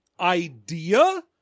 idea